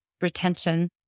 retention